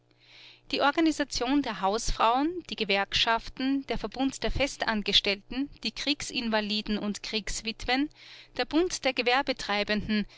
die organisation der hausfrauen die gewerkschaften der verband der festangestellten die kriegsinvaliden und kriegswitwen der bund der gewerbetreibenden